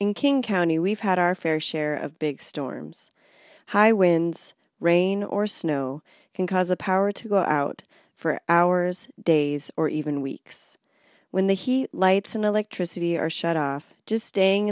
in king county we've had our fair share of big storms high winds rain or snow can cause the power to go out for hours days or even weeks when the he lights and electricity are shut off just staying